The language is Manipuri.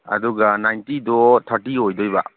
ꯑꯗꯨꯒ ꯅꯥꯏꯟꯇꯤꯗꯣ ꯊꯥꯔꯇꯤ ꯑꯣꯏꯗꯣꯏꯕ